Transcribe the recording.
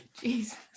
Jesus